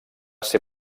ser